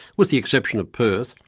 with the exception of perth,